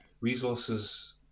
Resources